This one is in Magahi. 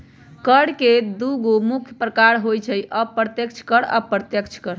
कर के दुगो मुख्य प्रकार होइ छै अप्रत्यक्ष कर आ अप्रत्यक्ष कर